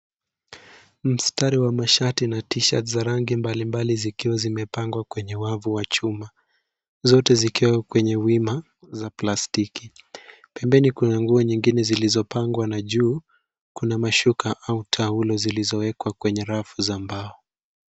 Mstari wa mashati na t-shirt za rangi mbalimbali zikiwa zimepangwa kwenye wavu wa chuma zote zikiwa kwenye wima za plastiki. Pembeni kuna nguo zingine zilizopangwa na juu kuna mashuka au taulo zilizowekwa kwenye rafu za mbao.